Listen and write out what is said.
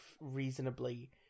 reasonably